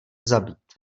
zabít